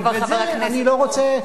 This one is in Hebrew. ואת זה אני לא רוצה להשיג,